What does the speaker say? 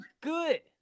good